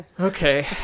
Okay